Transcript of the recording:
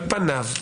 על פניו,